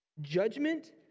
judgment